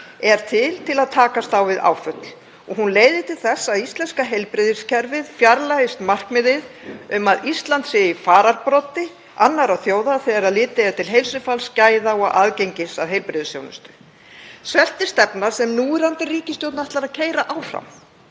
er til að takast á við áföll og hún leiðir til þess að íslenska heilbrigðiskerfið fjarlægist markmiðið um að Ísland sé í fararbroddi annarra þjóða þegar litið er til heilsufars, gæða og aðgengis að heilbrigðisþjónustu. Það er sveltistefna sem núverandi ríkisstjórn ætlar að keyra áfram